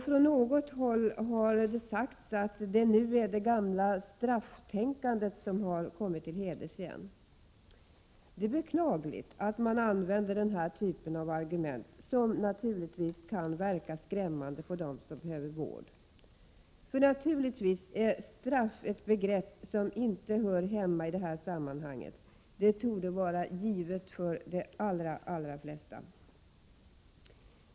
Från något håll har det sagts att det är det gamla strafftänkandet som nu kommer till heders igen. Det är beklagligt att man använder denna typ av argument, som naturligtvis kan verka skrämmande på dem som behöver vård. Straff är ett begrepp som naturligtvis inte hör hemma i detta sammanhang — det torde vara givet för de allra flesta.